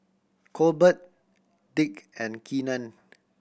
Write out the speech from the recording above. Colbert Dick and Keenan